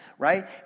right